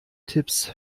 tipps